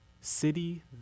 city